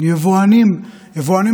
גם יבואנים, בועז, יבואנים